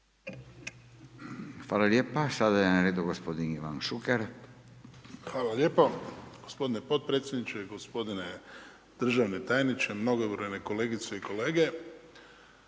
Hvala lijepa. Sada je na redu gospodin Ivan Šuker. **Šuker, Ivan (HDZ)** Hvala lijepo, gospodine potpredsjedniče, gospodine državni tajnice, mnogobrojne kolegice i kolege.